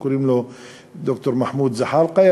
קוראים לו ד"ר מחמוד זחאלקה,